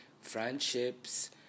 friendships